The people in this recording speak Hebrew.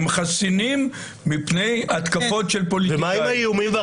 הם חסינים מפני התקפות של פוליטיקאים.